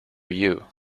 you